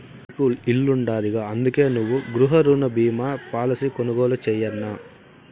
నీకు ఇల్లుండాదిగా, అందుకే నువ్వు గృహరుణ బీమా పాలసీ కొనుగోలు చేయన్నా